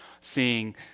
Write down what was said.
seeing